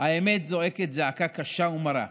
האמת זועקת זעקה קשה ומרה.